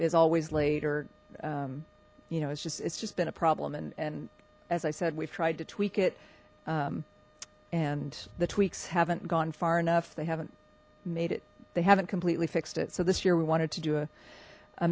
is always late or you know it's just it's just been a problem and and as i said we've tried to tweak it and the tweaks haven't gone far enough they haven't made it they haven't completely fixed it so this year we wanted to do a